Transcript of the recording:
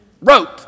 Wrote